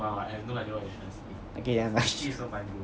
okay never mind